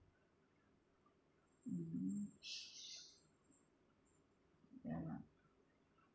mm ya lah